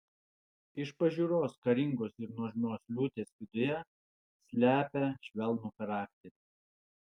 iš pažiūros karingos ir nuožmios liūtės viduje slepia švelnų charakterį